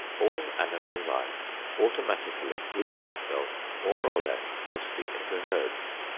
all animal life automatically groups itself more or less closely into herds.